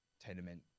tenement